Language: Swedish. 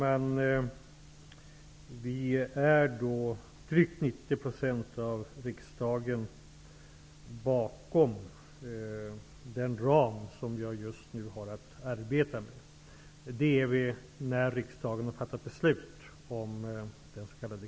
Fru talman! Drygt 90 % av riksdagen står bakom den ram som jag just nu har att arbeta med, dvs. när riksdagen har fattat beslut om den s.k.